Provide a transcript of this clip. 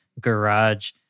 garage